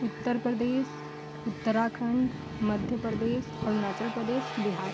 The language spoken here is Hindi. उत्तर प्रदेश उत्तराखंड मध्य प्रदेश अरुणाचल प्रदेश बिहार